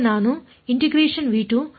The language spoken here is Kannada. ಇಲ್ಲ